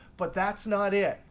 but that's not it.